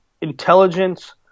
intelligence